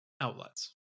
outlets